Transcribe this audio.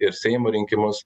ir seimo rinkimus